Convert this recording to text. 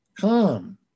Come